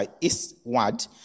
eastward